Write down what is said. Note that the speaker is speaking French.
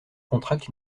contracte